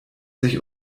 sich